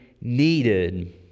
needed